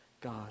God